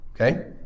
okay